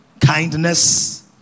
kindness